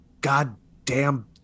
goddamn